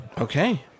Okay